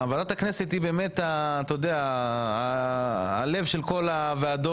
ועדת הכנסת היא הלב של כל הוועדות,